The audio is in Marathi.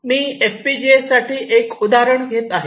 मी एफपीजीएसाठी एक एक उदाहरण घेत आहे